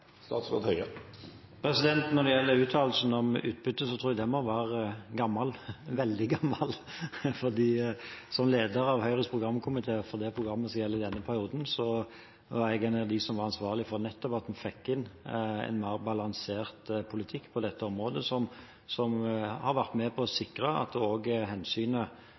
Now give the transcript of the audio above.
Når det gjelder uttalelsen om utbytte, tror jeg den må være gammel – veldig gammel! Som leder av Høyres programkomité for det programmet som gjelder i denne perioden, var jeg en av dem som var ansvarlig for nettopp å få inn en mer balansert politikk på dette området, som har vært med på å sikre at